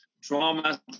trauma